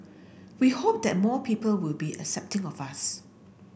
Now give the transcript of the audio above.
we hope that more people will be accepting of us